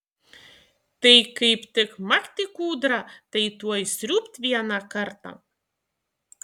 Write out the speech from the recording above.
tai kaip tik makt į kūdrą tai tuoj sriūbt vieną kartą